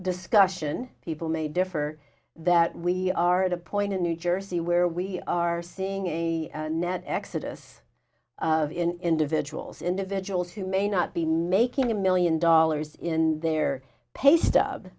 discussion people may differ that we are at a point in new jersey where we are seeing a net exodus individuals individuals who may not be making a million dollars in their pa